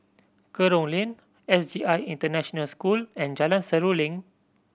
Kerong Lane S J I International School and Jalan Seruling